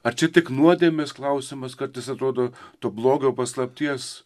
ar čia tik nuodėmės klausimas kartais atrodo to blogio paslapties